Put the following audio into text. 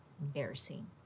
Embarrassing